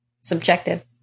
Subjective